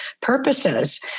purposes